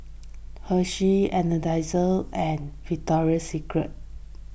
Hersheys Energizer and Victoria Secret